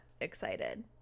excited